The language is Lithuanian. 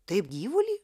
taip gyvulį